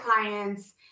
clients